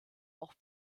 auch